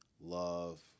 love